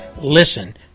listen